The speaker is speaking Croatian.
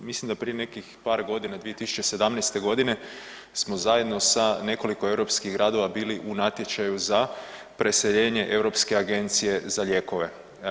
Mislim da prije nekih par godine 2017. smo zajedno sa nekoliko europskih gradova bili u natječaju za preseljenje Europske agencije za lijekove.